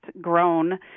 grown